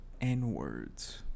N-words